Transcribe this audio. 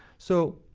so,